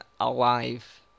alive